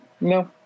No